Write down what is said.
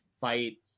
fight